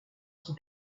son